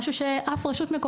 צעד שלא נעשה על ידי אף רשות,